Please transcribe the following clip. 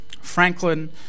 Franklin